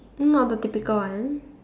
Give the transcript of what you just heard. not the typical one